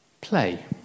Play